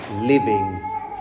living